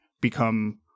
become